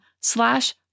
slash